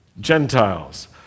Gentiles